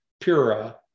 Pura